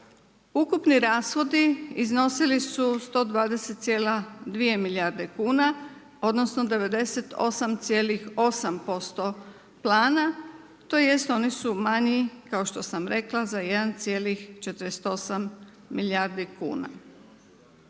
Ukupni rashodi iznosili su 120,2 milijardi odnosno, 98,8% plana, tj., oni su mali, kao što sam rekla za 1,48 milijardi kuna.